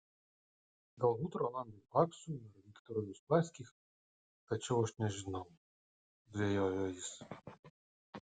galbūt rolandui paksui ar viktorui uspaskich tačiau aš nežinau dvejojo jis